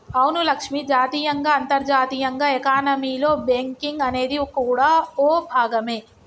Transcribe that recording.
అవును లక్ష్మి జాతీయంగా అంతర్జాతీయంగా ఎకానమీలో బేంకింగ్ అనేది కూడా ఓ భాగమే